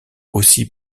aussi